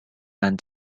and